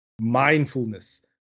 mindfulness